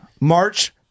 March